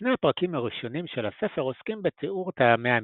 שני הפרקים הראשונים של הספר עוסקים בתיאור טעמי המקרא,